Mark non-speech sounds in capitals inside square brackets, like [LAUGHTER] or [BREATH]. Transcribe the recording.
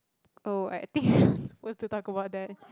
oh I think [BREATH] what's to talk about that